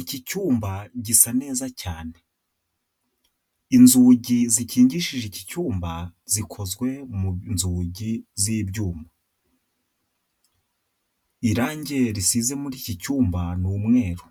Iki cyumba gisa neza cyane. Inzugi zikingishije iki cyumba zikozwe mu nzugi z'ibyuma, irange risize muri iki cyumba ni umweru,